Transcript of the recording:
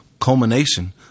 culmination